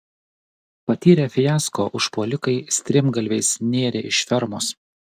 patyrę fiasko užpuolikai strimgalviais nėrė iš fermos